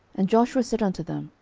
and joshua said unto them,